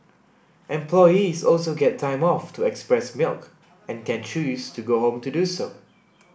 employees also get time off to express milk and can choose to go home to do so